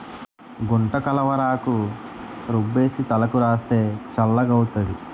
గుంటకలవరాకు రుబ్బేసి తలకు రాస్తే చల్లగౌతాది